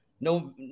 no